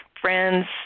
friends